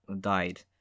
died